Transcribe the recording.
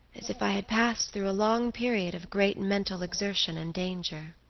as if i had passed through a long period of great mental exertion and danger.